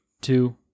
two